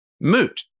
moot